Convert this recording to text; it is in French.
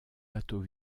bateau